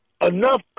enough